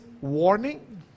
warning